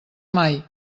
mai